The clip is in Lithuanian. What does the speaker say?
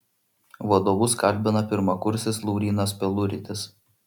vadovus kalbina pirmakursis laurynas peluritis